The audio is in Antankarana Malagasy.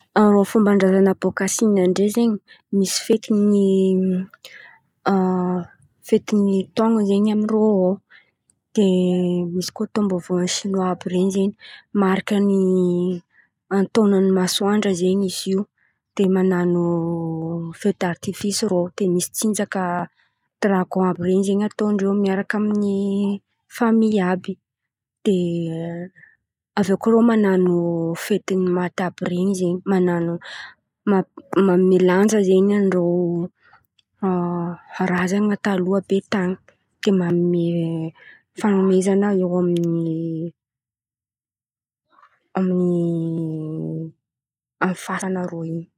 Fômba drazana bôka Siny an̈y dray zen̈y misy fety ny fety ny tôn̈o zen̈y amin-drô ao de misy koa taon̈o vôvô sinoa àby iren̈y marika ny ataona ny masonadro zen̈y izo. De manano fedaritifisy rô de misy tsinjaka dirangô àby iren̈y ataon-drô miaraka amin'ny famy àby. De aveo koa irô manano fety ny maty àby ren̈y zen̈y manano mamilanja zen̈y irô razana taloha be tan̈y de manome fanomezana eo amin'ny amin' ny fasana rô in̈y.